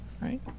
right